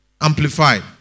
Amplified